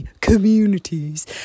communities